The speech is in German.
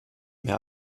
mehr